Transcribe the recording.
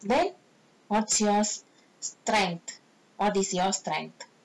then what's yours strength what is your strength